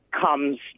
comes